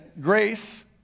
Grace